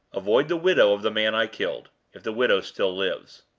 avoid the widow of the man i killed if the widow still lives.